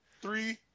Three